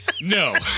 No